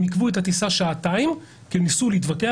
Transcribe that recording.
הם עיכבו את הטיסה שעתיים כי ניסו להתווכח